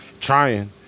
Trying